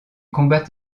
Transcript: combat